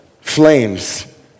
flames